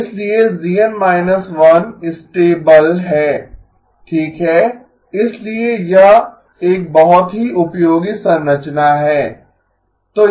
इसलिए GN −1 stable है ठीक है इसलिए यह एक बहुत ही उपयोगी संरचना है